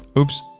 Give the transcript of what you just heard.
oops.